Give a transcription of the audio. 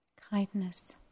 kindness